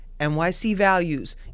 nycvalues